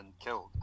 killed